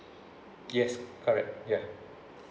yes correct ya